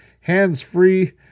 hands-free